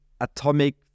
atomic